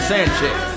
Sanchez